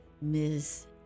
Ms